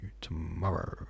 tomorrow